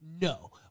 No